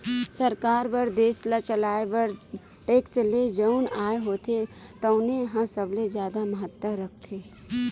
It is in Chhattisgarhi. सरकार बर देस ल चलाए बर टेक्स ले जउन आय होथे तउने ह सबले जादा महत्ता राखथे